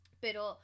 Pero